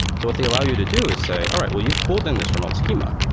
so what they allow you to do is say, all right, well you've pulled in this remote schema.